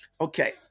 Okay